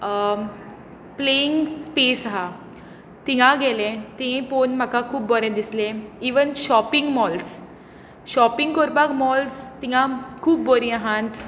playing space आसा थंय गेलें थंय पळोवन म्हाका खूब बरें दिसलें इवन शॉपिंग मॉल्स शॉपिंग करपाक मॉल्स थंय खूब बरी आसात